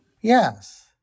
Yes